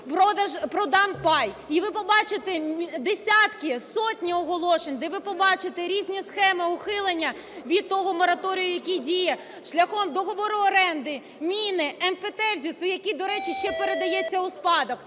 введіть "продам пай", і ви побачите десятки, сотні оголошень, де ви побачите різні схеми ухилення від того мораторію, який діє, шляхом договору оренди, міни, емфітевзису, який, до речі, ще й передається у спадок.